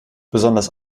besonders